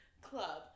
club